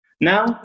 Now